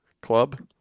Club